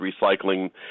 recycling